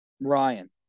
ryan